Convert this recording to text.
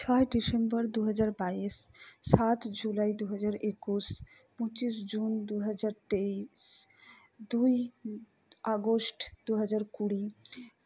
ছয় ডিসেম্বর দুহাজার বাইশ সাত জুলাই দুহাজার একুস পঁচিশ জুন দুহাজার তেইশ দুই আগস্ট দুহাজার কুড়ি